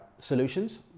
solutions